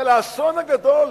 אבל האסון הגדול,